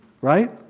right